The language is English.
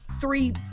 Three